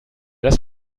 das